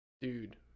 dude